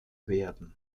werden